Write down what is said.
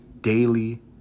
daily